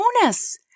Bonus